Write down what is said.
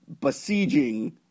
besieging